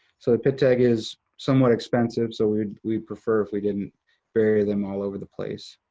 so the pit tag is somewhat expensive, so we'd we'd prefer if we didn't bury them all over the place.